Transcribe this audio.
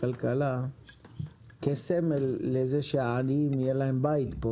הכלכלה כסמל לזה שלעניים יהיה פה בית.